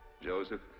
Joseph